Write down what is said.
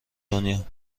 دنیا